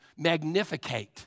Magnificate